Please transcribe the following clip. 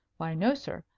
why, no, sir.